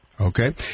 Okay